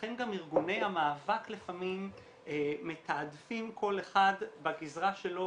לכן גם ארגוני המאבק לפעמים מתעדפים כל אחד בגזרה שלו